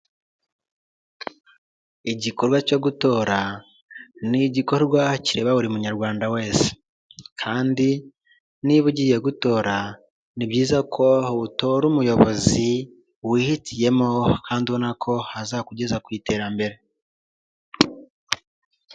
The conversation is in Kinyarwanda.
Igikorwa cyo gutora ni igikorwa kireba buri munyarwanda wese kandi niba ugiye gutora ni byiza ko utora umuyobozi wihitiyemo kandi ubona ko azakugeza ku iterambere.